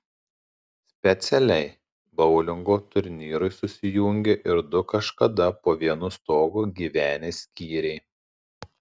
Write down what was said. specialiai boulingo turnyrui susijungė ir du kažkada po vienu stogu gyvenę skyriai